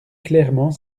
clairement